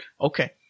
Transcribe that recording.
Okay